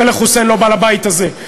המלך חוסיין לא בא לבית הזה,